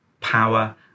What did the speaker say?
power